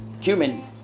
Cumin